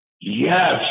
Yes